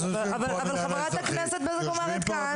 אבל חברת הכנסת בזק אומרת כאן,